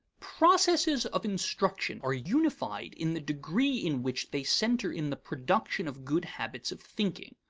processes of instruction are unified in the degree in which they center in the production of good habits of thinking.